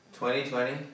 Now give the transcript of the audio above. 2020